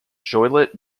joliet